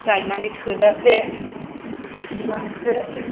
जाय मानि थोजासे थोजासे